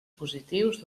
positius